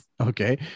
Okay